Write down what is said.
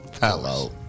Hello